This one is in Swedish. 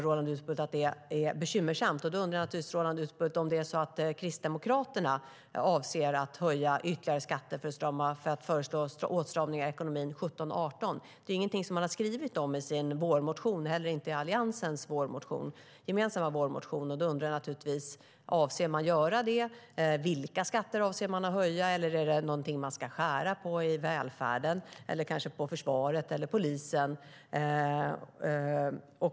Roland Utbult tycker att detta är bekymmersamt. Då undrar jag naturligtvis om Kristdemokraterna avser att ytterligare höja skatterna och föreslå åtstramningar i ekonomin 2017 och 2018. Det är ingenting som man har skrivit om i sin vårmotion eller i Alliansens gemensamma vårmotion. Avser man att göra det? Vilka skatter avser man att höja? Är det någonting man ska skära ned på i välfärden eller kanske i försvaret eller polisen?